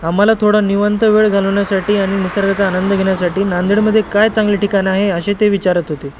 आम्हाला थोडा निवांत वेळ घालवण्यासाठी आणि निसर्गाचा आनंद घेण्यासाठी नांदेडमध्ये काय चांगले ठिकाणं आहे असे ते विचारत होते